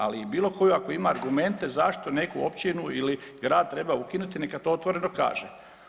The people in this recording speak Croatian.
Ali i bilo koju ako ima argumente zašto neku općinu ili grad treba ukinuti neka to otvoreno kaže.